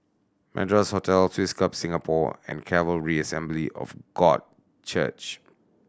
Madras Hotel Swiss Club Singapore and Calvary Assembly of God Church